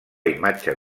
imatge